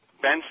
Ben